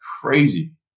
crazy